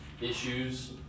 issues